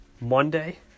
Monday